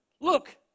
Look